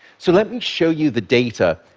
so let me show you the data.